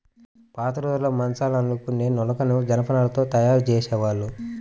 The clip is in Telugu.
పాతరోజుల్లో మంచాల్ని అల్లుకునే నులకని జనపనారతో తయ్యారు జేసేవాళ్ళు